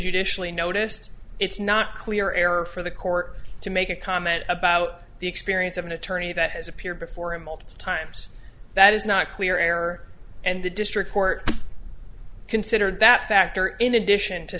judicially noticed it's not clear error for the court to make a comment about the experience of an attorney that has appeared before him multiple times that is not clear error and the district court considered that factor in addition to